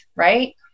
right